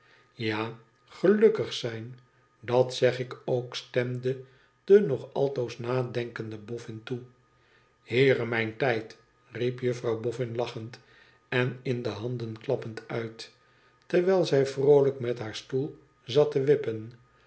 tja gelukkig zijn dat zeg ik ook stemde de nog altoos nadenkende boffin toe y heere mijn tijd rie jufirouw boffin lachend en in de handen klap pend uit terwijl zij vroolijk met haar stoel zat te wippen